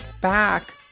back